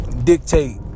dictate